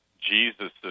Jesus